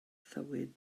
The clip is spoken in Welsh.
thywyn